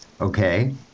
Okay